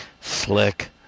Slick